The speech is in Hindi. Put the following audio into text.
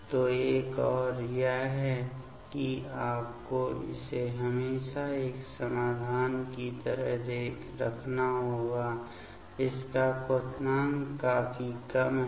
तो एक और यह है कि आपको इसे हमेशा एक समाधान की तरह रखना होगा इसका क्वथनांक काफी कम है